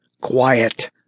Quiet